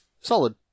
Solid